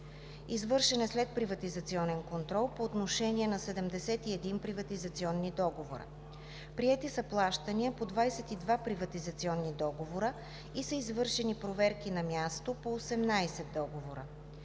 Извършен е следприватизационен контрол по отношение на 71 приватизационни договора. Приети са плащания по 22 приватизационни договора и са извършени проверки на място по 18 договора.